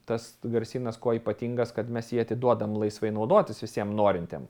tas garsynas kuo ypatingas kad mes jį atiduodam laisvai naudotis visiem norintiem